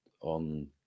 on